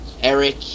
Eric